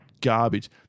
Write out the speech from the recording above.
garbage